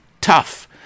tough